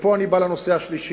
ופה אני מגיע לנושא השלישי,